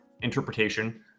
interpretation